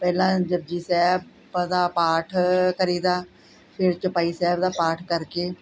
ਪਹਿਲਾਂ ਜਪੁਜੀ ਸਾਹਿਬ ਦਾ ਪਾਠ ਕਰੀਦਾ ਫੇਰ ਚੁਪਈ ਸਾਹਿਬ ਦਾ ਪਾਠ ਕਰ ਕੇ